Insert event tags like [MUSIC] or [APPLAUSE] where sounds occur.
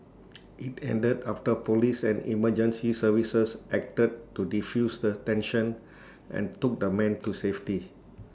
[NOISE] IT ended after Police and emergency services acted to defuse the tension and took the man to safety